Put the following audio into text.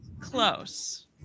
close